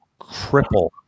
cripple